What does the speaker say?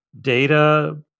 data